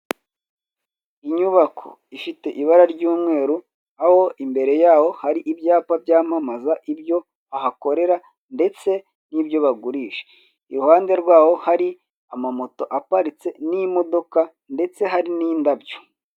Inyubako ifite ibara ry'umweru, aho imbere yaho hari ibyapa byamamaza ibyo bahakorera ndetse n'ibyo bagurisha. Iruhande rwaho hari amamoto aparitse n'imodoka ndetse hari n'indabyo.